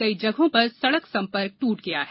कई जगहों पर पर सड़क संपर्क टूट गया है